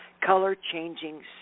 color-changing